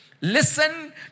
Listen